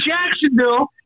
Jacksonville